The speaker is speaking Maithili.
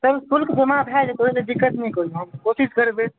सर शुल्क जमा भऽ जेतै ओहिमे कोनो दिक्कत नहि हेतै कोशिश करबै